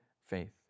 faith